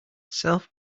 self